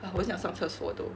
uh 我很想上厕所 though